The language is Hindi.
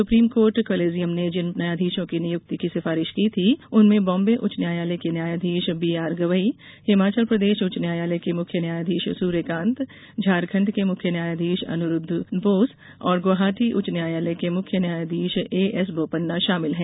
सुप्रीम कोर्ट कॉलेजियम ने जिन न्यायाधीशों की नियुक्ति की सिफारिश की थी उनमें बॉम्बे उच्च न्यायालय के न्यायाधीश बी आर गवई हिमाचल प्रदेश उच्च न्यायालय के मुख्य न्यायाधीश सूर्यकांत झारखंड के मुख्य न्यायाधीश अनुरुद्व बोस और गौहाटी उच्च न्यायालय के मुख्य न्यायाधीश ए एस बोपन्ना शामिल हैं